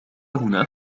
هنا